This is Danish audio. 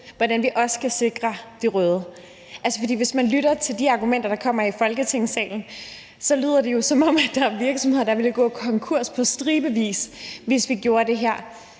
hvordan vi også kan sikre det røde. For hvis man lytter til de argumenter, der kommer i Folketingssalen, lyder det jo, som om der var stribevis af virksomheder, der ville gå konkurs, hvis vi gjorde det her,